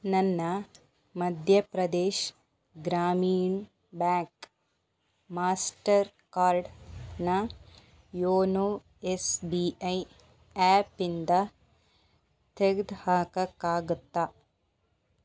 ನನ್ನ Madhya Pradesh Gramin bank master ಕಾರ್ಡ್ನ YONO S B I app ಇಂದ ತೆಗ್ದು ಹಾಕಕ್ಕಾಗುತ್ತಾ